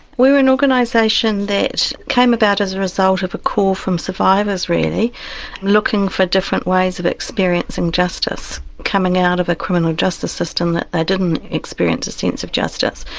we're an organisation that came about as a result of a call from survivors really looking for different ways of experiencing justice, coming out of a criminal justice system that they didn't experience a sense of justice.